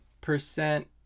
percent